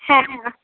হ্যাঁ